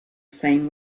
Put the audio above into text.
same